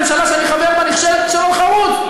הממשלה שאני חבר בה נכשלת כישלון חרוץ.